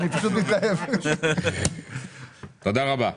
תודה רבה.